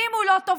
ואם הוא לא טוב,